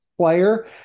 player